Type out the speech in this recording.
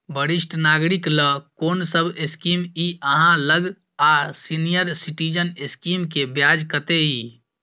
वरिष्ठ नागरिक ल कोन सब स्कीम इ आहाँ लग आ सीनियर सिटीजन स्कीम के ब्याज कत्ते इ?